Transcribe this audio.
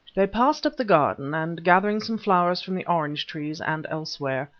they passed up the garden, and gathering some flowers from the orange trees and elsewhere,